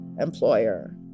employer